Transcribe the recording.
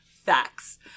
facts